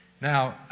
Now